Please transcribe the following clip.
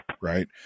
Right